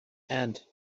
and